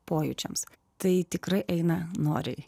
pojūčiams tai tikrai eina noriai